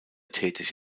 tätig